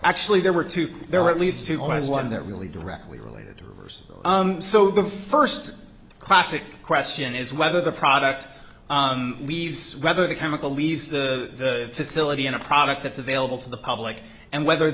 actually there were two there were at least two more as one that really directly related to reversible so the first classic question is whether the product leaves whether the chemical leaves the facility in a product that's available to the public and whether